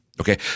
Okay